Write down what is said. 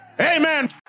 Amen